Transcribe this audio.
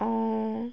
অঁ